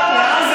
גזען.